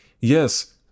Yes